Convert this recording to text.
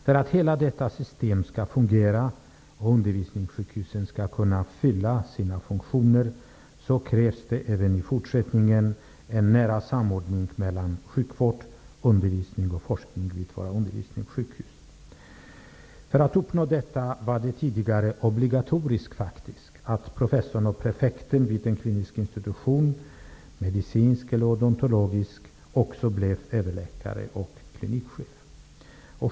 För att hela detta system skall fungera och undervisningssjukhusen skall kunna fylla sina funktioner krävs även i fortsättningen en nära samordning mellan sjukvård, undervisning och forskning vid våra undervisningssjukhus. För att uppnå detta var det tidigare faktiskt obligatoriskt att professorn och prefekten vid en klinisk institution, medicinsk eller odontologisk, också blev överläkare och klinikchef.